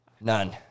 None